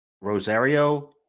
Rosario